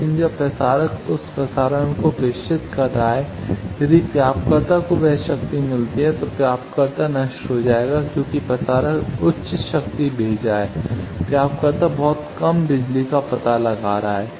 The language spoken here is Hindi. लेकिन जब प्रसारक उस प्रसारण को प्रेषित कर रहा है यदि प्राप्तकर्ता को वह शक्ति मिलती है तो प्राप्तकर्ता नष्ट हो जाएगा क्योंकि प्रसारक उच्च शक्ति भेज रहा है प्राप्तकर्ता बहुत कम बिजली का पता लगा रहा है